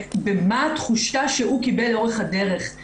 במה התחושה שהוא קיבל לאורך הדרך,